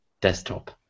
desktop